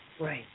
Right